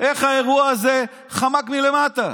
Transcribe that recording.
איך האירוע הזה חמק מלמטה.